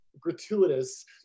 Gratuitous